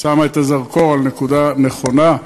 שמה את הזרקור על נקודה נכונה,